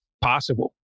possible